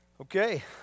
Okay